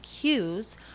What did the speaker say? cues